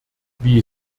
wie